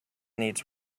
needs